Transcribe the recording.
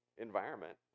environment